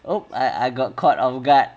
oh I I got caught off guard